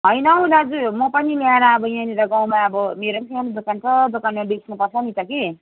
होइन हौ दाजु म पनि ल्याएर अब यहाँनिर गाउँमा अब मेरो पनि सानो दोकानमा बेच्नुपर्छ नि त कि